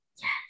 Yes